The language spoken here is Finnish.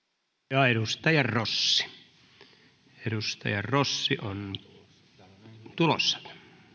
ja edustaja rossi edustaja rossi on tulossa